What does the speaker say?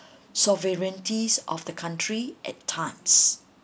sovereignty of the country at times